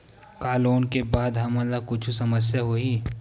का लोन ले के बाद हमन ला कुछु समस्या होही?